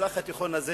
המזרח התיכון הזה